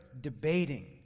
debating